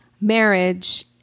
marriage